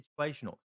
situational